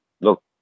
look